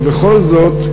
ובכל זאת,